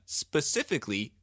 specifically